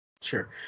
Sure